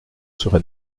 serait